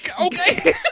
Okay